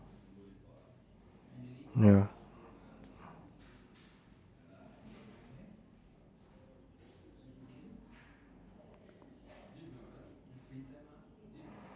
ya